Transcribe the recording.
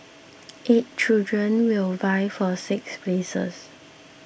eight children will vie for six places